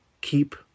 keep